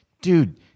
dude